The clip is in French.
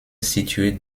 située